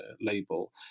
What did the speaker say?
label